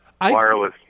wireless